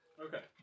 Okay